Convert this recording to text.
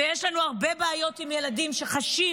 ויש לנו הרבה בעיות עם ילדים שחשים